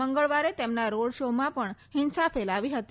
મંગળવારે તેમના રોડ શોમાં પણ હિંસા ફેલાવી હતી